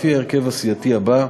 לפי ההרכב הסיעתי הזה: